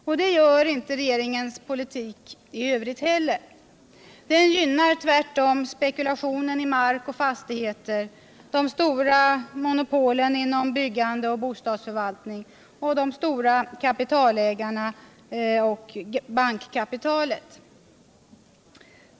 Och det gör inte regeringens politik i övrigt heller. Den gynnar tvärtom spekulationen i mark och fastigheter, de stora monopolen inom byggande och bostadsförvaltning, de stora kapitalägarna och bankkapitalet.